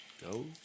go